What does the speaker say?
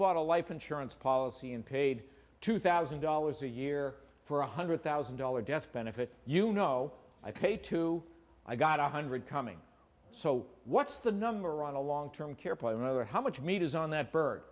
bought a life insurance policy and paid two thousand dollars a year for one hundred thousand dollars death benefit you know i pay two i've got one hundred coming so what's the number on a long term care plan other how much meat is on that bird